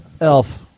elf